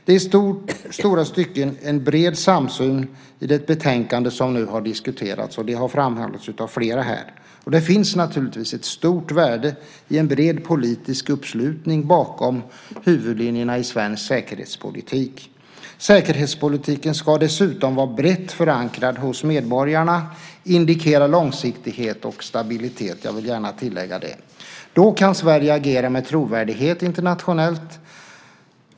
Det är i stora stycken en bred samsyn i det betänkande som nu diskuteras. Det har framhållits av flera här. Det finns naturligtvis ett stort värde i en bred politisk uppslutning bakom huvudlinjerna i svensk säkerhetspolitik. Säkerhetspolitiken ska dessutom vara brett förankrad hos medborgarna, indikera långsiktighet och stabilitet. Jag vill gärna tillägga det. Då kan Sverige agera med trovärdighet internationellt.